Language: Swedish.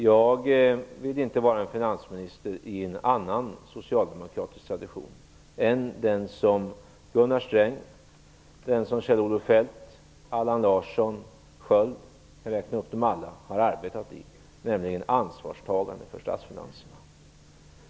Jag vill inte vara en finansminister i en annan socialdemokratisk tradition än den som Per Allan Larsson har arbetat i och som innebär ett ansvarstagande för statsfinanserna.